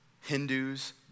Hindus